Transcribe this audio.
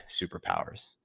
superpowers